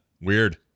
Weird